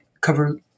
cover